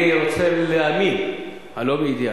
אני רוצה להאמין - לא מידיעה,